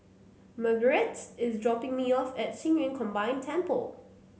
Marguerite is dropping me off at Qing Yun Combined Temple